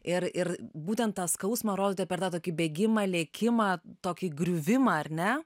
ir ir būtent tą skausmą rodė per tą tokį bėgimą lėkimą tokį griuvimą ar ne